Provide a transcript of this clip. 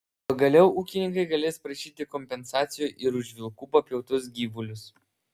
pagaliau ūkininkai galės prašyti kompensacijų ir už vilkų papjautus gyvulius